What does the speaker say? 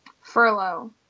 Furlough